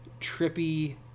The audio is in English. trippy